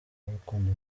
n’urukundo